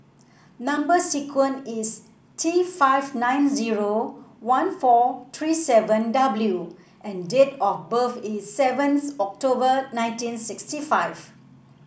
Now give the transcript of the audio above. number sequence is T five nine zero one four three seven W and date of birth is seventh October nineteen sixty five